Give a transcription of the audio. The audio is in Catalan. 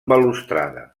balustrada